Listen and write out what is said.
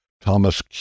Thomas